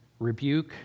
rebuke